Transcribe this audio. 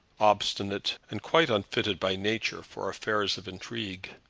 obstinate, and quite unfitted by nature for affairs of intrigue.